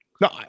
No